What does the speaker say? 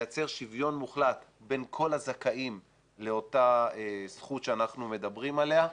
לייצר שוויון מוחלט בין כל הזכאים לאותה זכות שאנחנו מדברים עליה,